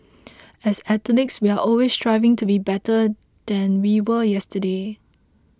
as athletes we are always striving to be better than we were yesterday